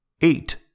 Eight